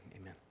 amen